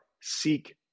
seek